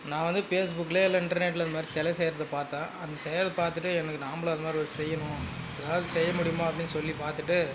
நான் வந்து ஃபேஸ் புக்கில் இல்லை இன்டர்நெட்டில் இந்த மாதிரி செலை செய்கிறது பார்த்தேன் அந்த செய்யறத பார்த்துட்டு எனக்கு நாம்மளும் அது மாதிரி ஒன்று செய்யணும் எதாவது செய்ய முடியுமா அப்படின்னு சொல்லி பார்த்துட்டு